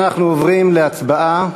ובכן, אנחנו עוברים להצבעה.